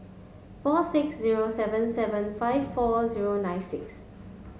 four six zero seven seven five four zero nine six